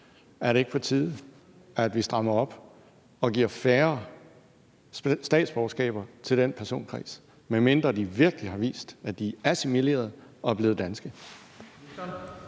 Er det ikke på tide, at vi strammer op og giver færre statsborgerskaber til den personkreds, medmindre de virkelig har vist, at de er assimileret og er blevet danske?